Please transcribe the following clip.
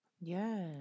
Yes